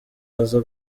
aza